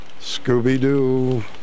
Scooby-Doo